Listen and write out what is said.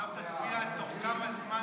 ההצעה לכלול את הנושא